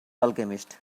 alchemist